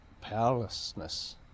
powerlessness